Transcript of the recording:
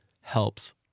helps